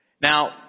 Now